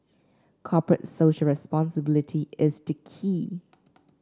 corporate Social Responsibility is the key